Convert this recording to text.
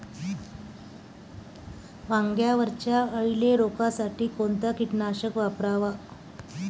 वांग्यावरच्या अळीले रोकासाठी कोनतं कीटकनाशक वापराव?